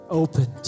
open